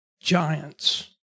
giants